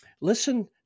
Listen